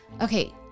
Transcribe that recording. Okay